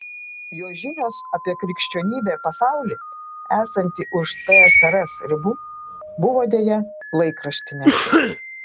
jo žinios apie krikščionybę ir pasaulį esantį už tsrs ribų buvo deja laikraštinės